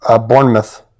Bournemouth